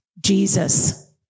Jesus